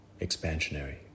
expansionary